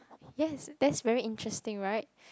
yes that's very interesting right